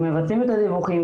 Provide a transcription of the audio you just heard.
מבצעים את הדיווחים,